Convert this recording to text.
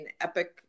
epic